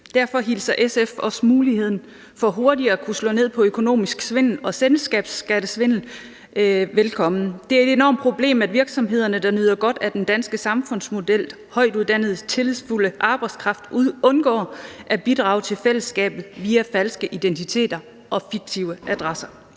Derfor hilser SF også muligheden for hurtigere at kunne slå ned på økonomisk svindel og selskabsskattesvindel velkommen. Det er et enormt problem, at virksomheder, der nyder godt af den danske samfundsmodel og den højtuddannede, tillidsfulde arbejdskraft, undgår at bidrage til fællesskabet ved hjælp af falske identiteter og fiktive adresser.